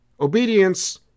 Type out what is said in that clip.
obedience